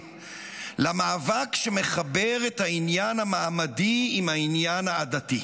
למאבק שמחבר את העניין המעמדי עם העניין העדתי.